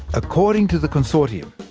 according to the consortium,